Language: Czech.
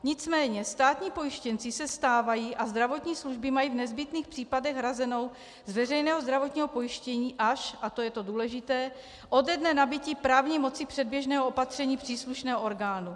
Nicméně státními pojištěnci se stávají a zdravotní služby mají v nezbytných případech hrazeny z veřejného zdravotního pojištění až a to je to důležité ode dne nabytí právní moci předběžného opatření příslušného orgánu.